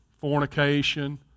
fornication